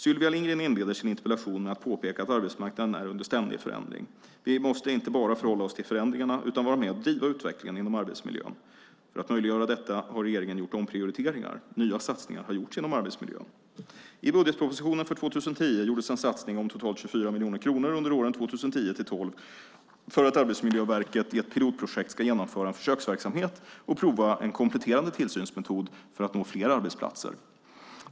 Sylvia Lindgren inleder sin interpellation med att påpeka att arbetsmarknaden är under ständig förändring. Vi måste inte bara förhålla oss till förändringarna utan vara med och driva utvecklingen inom arbetsmiljön. För att möjliggöra detta har regeringen gjort omprioriteringar. Nya satsningar har gjorts inom arbetsmiljöområdet. I budgetpropositionen för 2010 gjordes en satsning om totalt 24 miljoner kronor under åren 2010-2012 för att Arbetsmiljöverket i ett pilotprojekt ska genomföra en försöksverksamhet och prova en kompletterande tillsynsmetod för att nå fler arbetsplatser.